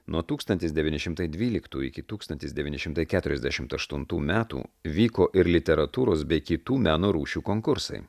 nuo tūkstantis devyni šimtai dvyliktų iki tūkstantis devyni šimtai keturiasdešimaštuntų metų vyko ir literatūros bei kitų meno rūšių konkursai